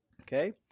Okay